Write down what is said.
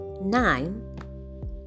nine